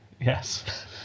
yes